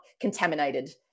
contaminated